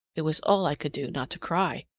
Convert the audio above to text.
it was all i could do not to cry.